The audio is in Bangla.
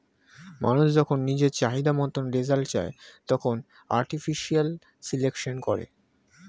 মানুষ যখন নিজের চাহিদা মতন রেজাল্ট চায়, তখন আর্টিফিশিয়াল সিলেকশন করে